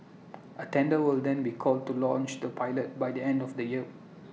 A tender will then be called to launch the pilot by the end of the year